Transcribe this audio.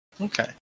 Okay